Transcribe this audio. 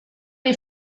dei